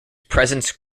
presence